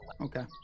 Okay